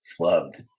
Flubbed